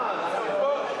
לא צועקים